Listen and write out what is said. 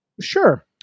sure